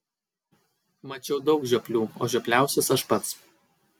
mačiau daug žioplių o žiopliausias aš pats